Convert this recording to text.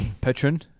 Patron